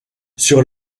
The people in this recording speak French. sur